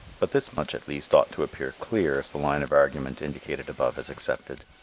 but this much at least ought to appear clear if the line of argument indicated above is accepted,